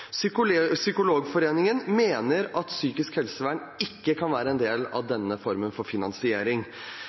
Psykologforeningen mener at psykisk helsevern ikke kan være en del av denne formen for finansiering.